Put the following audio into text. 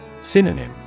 Synonym